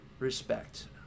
Respect